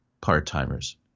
part-timers